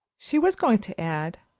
she was going to add,